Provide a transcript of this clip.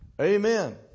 Amen